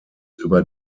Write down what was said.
über